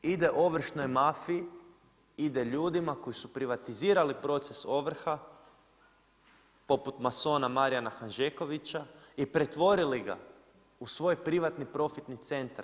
Ide ovršnoj mafiji, ide ljudima koji su privatizirali proces ovrha, poput masona Marijana Hanžekovića i pretvorili ga u svoj privatni profitni centar.